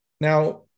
Now